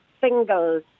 single